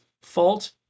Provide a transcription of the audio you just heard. fault